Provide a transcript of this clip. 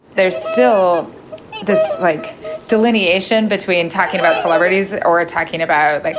there's still this like delineation between talking about celebrities or ah talking about like